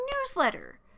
newsletter